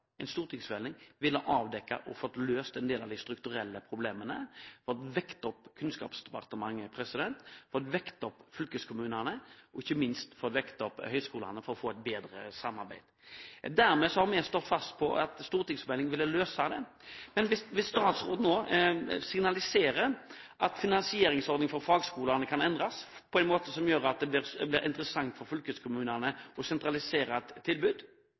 en stortingsmelding ville avdekket og fått løst en del av de strukturelle problemene, fått vekket opp Kunnskapsdepartementet, fått vekket opp fylkeskommunene og ikke minst fått vekket opp høyskolene for å få et bedre samarbeid. Dermed har vi stått fast på at en stortingsmelding ville løst det, men hvis statsråden nå signaliserer at finansieringsordningen for fagskolene kan endres på en måte som gjør at det blir interessant for fylkeskommunene å sentralisere et tilbud,